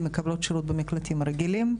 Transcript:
הן מקבלות שירות במקלטים הרגילים,